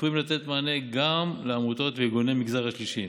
צפויים לתת מענה גם לעמותות ולארגוני המגזר השלישי.